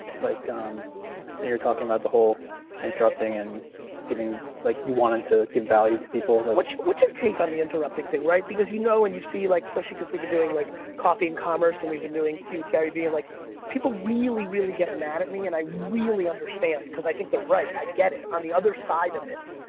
like um when you're talking about the whole interrupting and like you wanted to give value to people. what's what's your take on the interrupting thing, right? because you know when you see, like especially cause we've been doing like coffee and commerce and we've been doing tea with gary vee, like people really really get mad at me and i really understand cause i think they're right. i get it, on the other side of it.